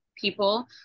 people